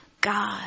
God